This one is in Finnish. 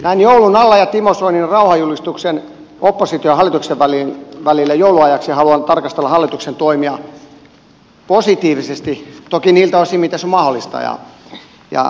näin joulun alla ja timo soinin opposition ja hallituksen välille joulun ajaksi tekemän rauhanjulistuksen johdosta haluan tarkastella hallituksen toimia positiivisesti toki niiltä osin kuin se on mahdollista